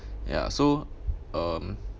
ya so um